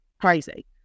crazy